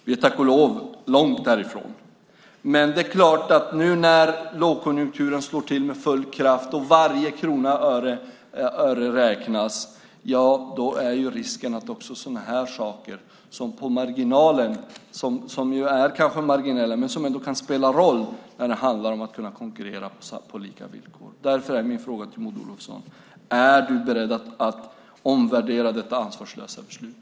Vi är tack och lov långt därifrån, men nu när lågkonjunkturen slår till med full kraft och varje krona och öre räknas finns risken att sådana här saker som kanske är marginella kan spela roll när det handlar om att kunna konkurrera på lika villkor. Därför är min fråga till Maud Olofsson: Är du beredd att omvärdera detta ansvarslösa beslut?